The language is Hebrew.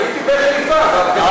הייתי בחיפה, בהפגנה בחיפה.